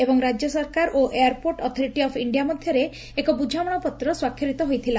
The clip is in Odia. ଏବଂ ରାଜ୍ୟ ସରକାର ଓ ଏୟାରପୋର୍ଟ ଅଥରିଟି ଅଫ୍ ଇଣ୍ଡିଆ ମଧରେ ଏକ ବୁଝାମଣାପତ୍ର ସ୍ୱାକ୍ଷରିତ ହୋଇଥିଲା